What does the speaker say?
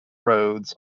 roads